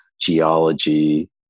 geology